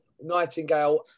Nightingale